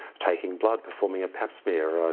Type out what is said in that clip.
taking blood, performing a pap smear,